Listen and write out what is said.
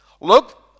Look